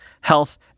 health